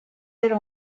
ailes